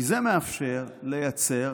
כי זה מאפשר לייצר